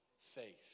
Faith